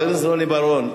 חבר הכנסת רוני בר-און,